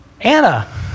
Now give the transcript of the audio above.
Anna